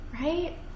right